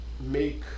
make